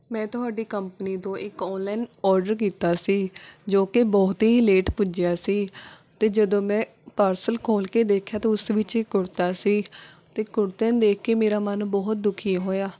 ਮੈਂ ਤੁਹਾਡੀ ਕੰਪਨੀ ਤੋਂ ਇਕ ਔਨਲਾਈਨ ਆਰਡਰ ਕੀਤਾ ਸੀ ਜੋ ਕਿ ਬਹੁਤ ਹੀ ਲੇਟ ਪੁੱਜਿਆ ਸੀ ਅਤੇ ਜਦੋਂ ਮੈਂ ਪਾਰਸਲ ਖੋਲ੍ਹ ਕੇ ਦੇਖਿਆ ਤਾਂ ਉਸ ਵਿੱਚ ਇੱਕ ਕੁੜਤਾ ਸੀ ਅਤੇ ਕੁੜਤੇ ਨੂੰ ਦੇਖ ਕੇ ਮੇਰਾ ਮਨ ਬਹੁਤ ਦੁਖੀ ਹੋਇਆ